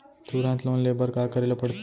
तुरंत लोन ले बर का करे ला पढ़थे?